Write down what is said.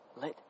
Let